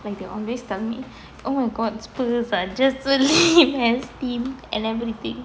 like they always tell me oh my god spurs are just a lame ass team and everything